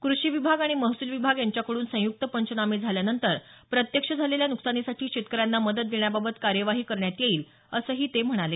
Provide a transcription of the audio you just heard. कृषी विभाग आणि महसूल विभाग यांच्याकडून संयुक्त पंचनामे झाल्यानंतर प्रत्यक्ष झालेल्या नुकसानीसाठी शेतकऱ्यांना मदत देण्याबाबत कार्यवाही करण्यात येईल असंही ते म्हणाले